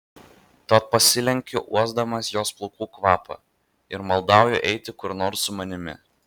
tad pasilenkiu uosdamas jos plaukų kvapą ir maldauju eiti kur nors su manimi